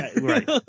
Right